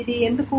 ఇది ఎందుకు